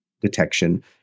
detection